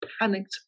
panicked